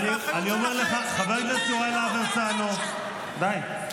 אני אומר לך, חבר הכנסת יוראי להב הרצנו, די.